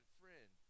friend